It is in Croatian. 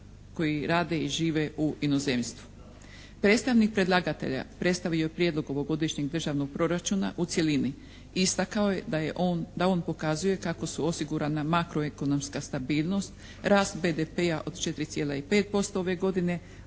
koji rade i žive u inozemstvu. Predstavnik predlagatelja predstavio je prijedlog ovogodišnjeg državnog proračuna u cjelini. Istakao je da on pokazuje kako su osigurana makro-ekonomska stabilnost, rast BDP-a od 4,5% ove godine